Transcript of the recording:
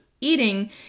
eating